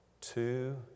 Two